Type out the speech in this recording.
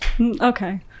okay